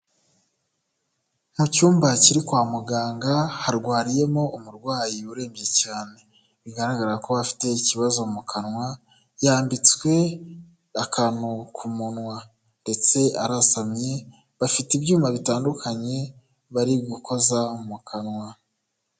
Mu cyumba kiri kwa muganga harwariyemo umurwayi urembye cyane, bigaragara ko afite ikibazo mu kanwa. Yambitswe akantu ku munwa ndetse arasamye, bafite ibyuma bitandukanye bari gukoza mu kanwa.